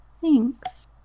Thanks